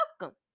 welcome